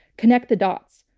connect the dots.